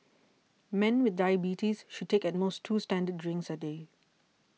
men with diabetes should take at most two standard drinks a day